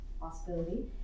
possibility